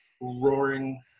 roaring